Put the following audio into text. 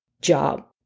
job